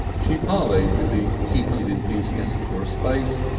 she parleyed with these heated enthusiasts for a space,